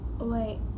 Wait